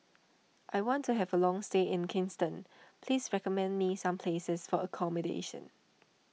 I want to have a long stay in Kingston please recommend me some places for accommodation